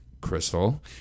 Crystal